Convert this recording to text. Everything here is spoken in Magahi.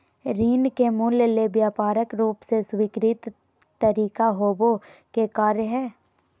ऋण के मूल्य ले व्यापक रूप से स्वीकृत तरीका होबो के कार्य हइ